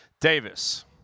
Davis